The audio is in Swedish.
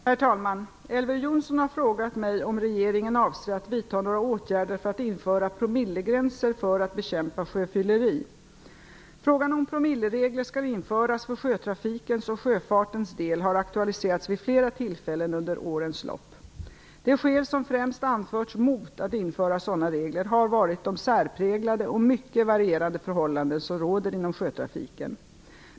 Herr talman! Elver Jonsson har frågat mig om regeringen avser att vidta några åtgärder för att införa promillegränser för att bekämpa sjöfylleri. Frågan om promilleregler skall införas för sjötrafikens och sjöfartens del har aktualiserats vid flera tillfällen under årens lopp. Det skäl som främst anförts mot att införa sådana regler har varit de särpräglade och mycket varierande förhållanden som råder inom sjötrafiken.